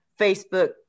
Facebook